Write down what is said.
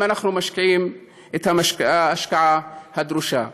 אם אנחנו משקיעים את ההשקעה הדרושה.